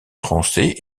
français